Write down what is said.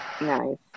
Nice